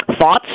thoughts